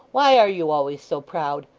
why are you always so proud?